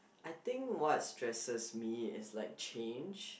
I think what stresses me is like change